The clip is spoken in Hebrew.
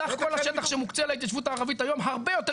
סך כל השטח שמוקצה להתיישבות הערבית היום הרבה יותר